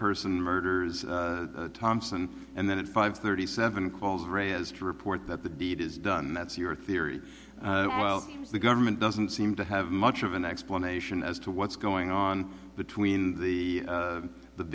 person murders thompson and then at five thirty seven calls ray has to report that the deed is done and that's your theory well the government doesn't seem to have much of an explanation as to what's going on between the